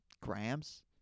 grams